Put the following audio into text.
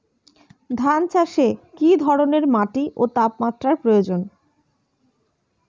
ধান চাষে কী ধরনের মাটি ও তাপমাত্রার প্রয়োজন?